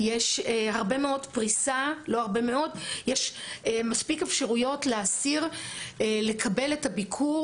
יש מספיק אפשרויות לאסיר לקבל את הביקור